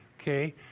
Okay